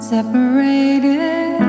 Separated